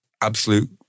absolute